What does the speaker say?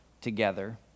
together